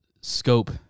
scope